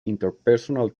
interpersonal